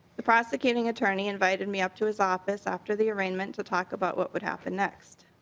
the prosecuting attorney invited me up to his office after the arraignment to talk about what would happen next.